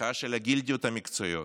המחאה של הגילדות המקצועיות,